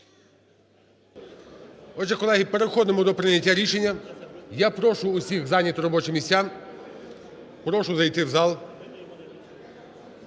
Отже, колеги, переходимо до прийняття рішення. Я прошу всіх зайняти робочі місця. Прошу зайти в зал.